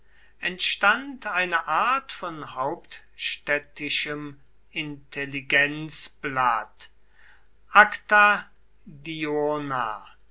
entstand eine art von hauptstädtischem intelligenzblatt